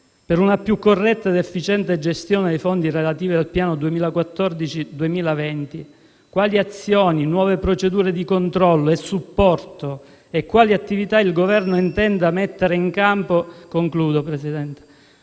per una più corretta ed efficiente gestione dei fondi relativi al piano 2014-2020 quali azioni, nuove procedure di controllo e supporto e quali attività il Governo intende mettere in campo per una gestione